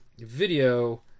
video